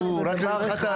למה לא לקבוע